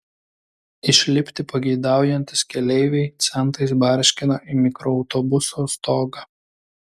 išlipti pageidaujantys keleiviai centais barškina į mikroautobuso stogą